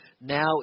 now